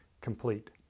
complete